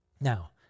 Now